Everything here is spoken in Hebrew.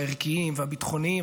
הערכיים והביטחוניים.